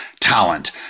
talent